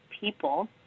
people